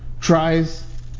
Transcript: tries